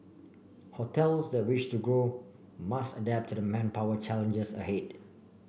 hotels that wish to grow must adapt to the manpower challenges ahead